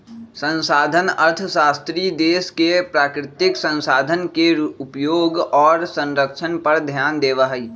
संसाधन अर्थशास्त्री देश के प्राकृतिक संसाधन के उपयोग और संरक्षण पर ध्यान देवा हई